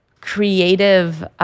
creative